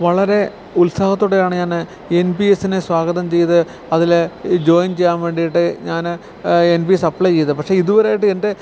വളരെ ഉൽസാഹത്തോടെയാണ് ഞാൻ എൻ പി എസിനെ സ്വാഗതം ചെയ്ത് അതിൽ ജോയിൻ ചെയ്യുക വേണ്ടിയിട്ട് ഞാൻ എൻ പി സപ്ലയ് ചെയ്തത് പക്ഷെ ഇതുവരെയായിട്ട് എൻ്റെ